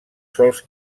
sòls